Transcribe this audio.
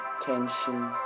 tension